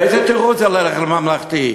איזה תירוץ זה ללכת לממלכתי?